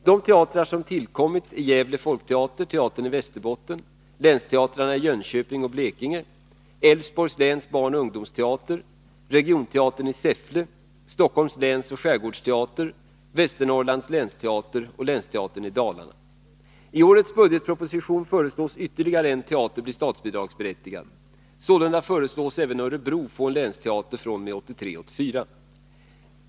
De teatrar som tillkommit är Gävle folkteater, teatern i Västerbotten, länsteatrarna i Jönköping och Blekinge, Älvsborgs läns barnoch ungdomsteater, regionteatern i Säffle, Stockholms länsoch skärgårdsteater, Västernorrlands länsteater och länsteatern i Dalarna. I årets budgetproposition föreslås ytterligare en teater bli statsbidragsberättigad. Sålunda föreslås även Örebro få en länsteater fr.o.m. 1983/84.